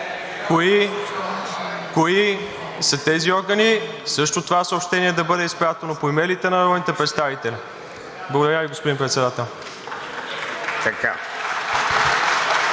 кои са тези органи, също това съобщение да бъде изпратено по имейлите на народните представители. Благодаря Ви, господин Председател.